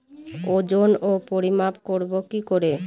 ওজন ও পরিমাপ করব কি করে?